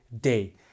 day